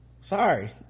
sorry